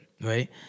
right